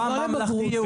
בממלכתי-יהודי.